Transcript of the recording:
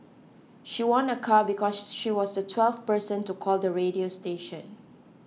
she won a car because she was the twelfth person to call the radio station